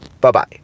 Bye-bye